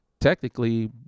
technically –